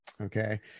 okay